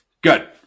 Good